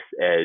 edge